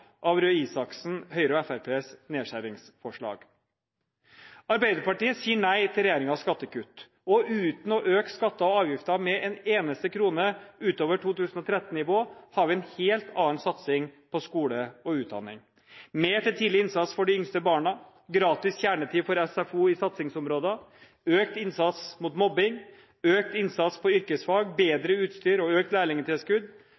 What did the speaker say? av Røe Isaksens, Høyres og Fremskrittspartiets nedskjæringsforslag. Arbeiderpartiet sier nei til regjeringens skattekutt, og uten å øke skatter og avgifter med en eneste krone utover 2013-nivå har vi en helt annen satsing på skole og utdanning: mer til tidlig innsats for de yngste barna, gratis kjernetid i SFO i satsingsområder, økt innsats mot mobbing, økt innsats på yrkesfag,